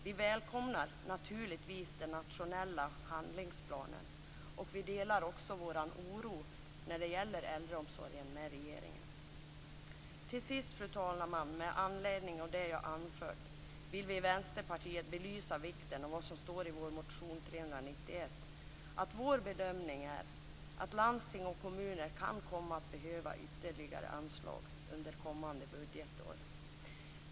Vi välkomnar naturligtvis den nationella handlingsplanen. Vi delar vår oro när det gäller äldreomsorgen med regeringen. Till sist, fru talman, vill vi i Vänsterpartiet med anledning av det jag har anfört belysa vikten av det som står i vår motion 391. Vår bedömning är att landsting och kommuner kan komma att behöva ytterligare anslag under kommande budgetår.